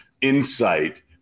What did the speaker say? insight